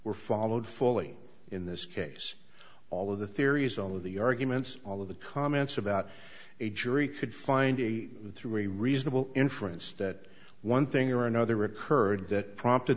were followed fully in this case all of the theories all of the arguments all of the comments about a jury could find a three reasonable inference that one thing or another occurred that prompted